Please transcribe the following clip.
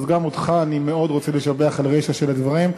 גם אותך אני מאוד רוצה לשבח על הרישה של הדברים,